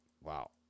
Wow